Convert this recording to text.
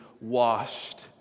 washed